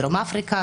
בדרום אפריקה,